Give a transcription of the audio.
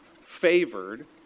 favored